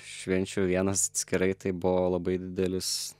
švenčių vienas atskirai tai buvo labai didelis